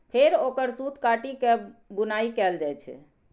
फेर ओकर सूत काटि के बुनाइ कैल जाइ छै